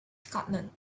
scotland